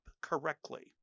correctly